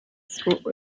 screw